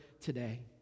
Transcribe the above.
today